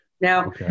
Now